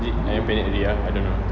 is it ayam penyet I don't know